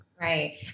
right